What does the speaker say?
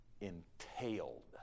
entailed